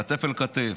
כתף-אל-כתף,